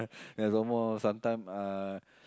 ya some more sometimes uh